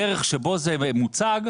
הדרך שבה זה מוצג,